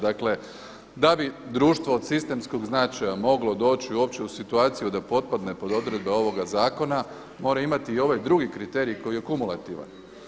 Dakle, da bi društvo od sistemskog značaja moglo doći uopće u situaciju da potpadne pod odredbe ovog zakona, mora imati i ovaj drugi kriterij koji je kumulativan.